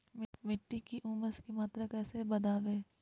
मिट्टी में ऊमस की मात्रा कैसे बदाबे?